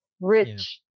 rich